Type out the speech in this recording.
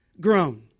Grown